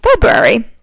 February